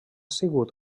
sigut